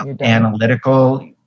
analytical